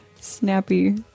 snappy